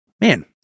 Man